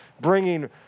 bringing